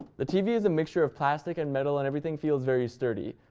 the tv is a mixture of plastic and metal, and everything feels very sturdy.